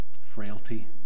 frailty